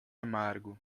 amargo